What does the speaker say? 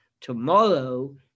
Tomorrow